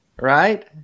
right